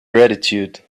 gratitude